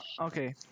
okay